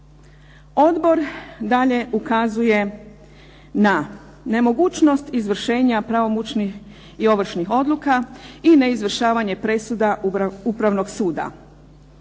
Odbor dalje ukazuje na nemogućnost izvršenja pravomoćnih i ovršnih odluka i neizvršavanje presuda Upravnog suda,